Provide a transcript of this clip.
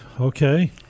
okay